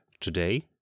Today